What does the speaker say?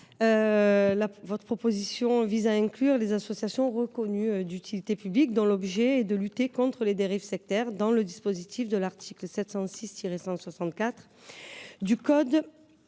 Cet amendement vise à inclure les associations reconnues d’utilité publique dont l’objet est de lutter contre les dérives sectaires dans le dispositif de l’article 706 164 du code